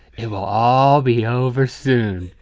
it will all be over soon.